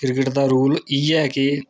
cricket दा rule इ'यै कि